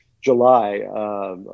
July